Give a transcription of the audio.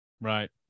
Right